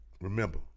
Remember